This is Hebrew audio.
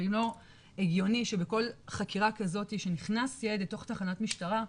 ואם לא הגיוני שבכל חקירה כזאת שנכנס ילד לתוך תחנת משטרה,